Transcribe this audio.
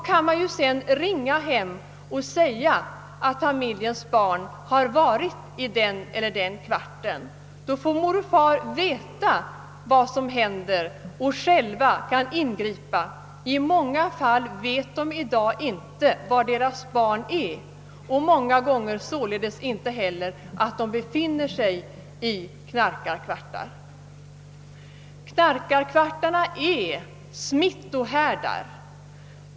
Man kan då ringa till hemmet och säga, att familjens barn har varit i den och den kvarten, och då får far och mor veta vad som hänt barnet och kan ingripa. I många fall vet de inte var deras barn är och många gånger således inte heller att de befinner sig i en knarkarkvart. Knarkarkvartarna är = smitthärdar.